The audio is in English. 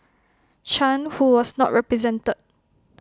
chan who was not represented